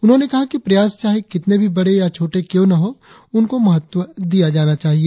उन्होंने कहा कि प्रयास चाहे कितने भी बड़े या छोटे क्यों न हों उनको महत्व दिया जाना चाहिए